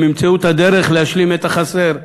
הם ימצאו את הדרך להשלים את החסר.